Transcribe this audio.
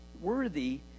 worthy